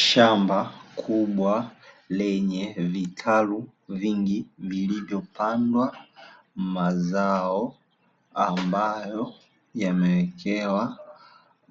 Shamba kubwa lenye vitalu vingi vilivyopandwa mazao mengi ambayo yamewekewa